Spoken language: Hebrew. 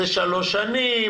זה שלוש שנים,